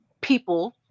people